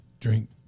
drink